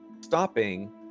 Stopping